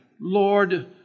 Lord